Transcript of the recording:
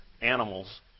animals